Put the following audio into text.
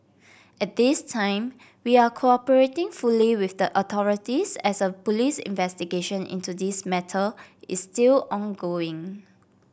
at this time we are cooperating fully with the authorities as a police investigation into this matter is still ongoing